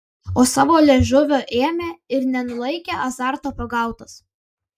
o savo liežuvio ėmė ir nenulaikė azarto pagautas